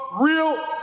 real